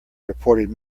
reported